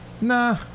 Nah